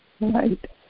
Right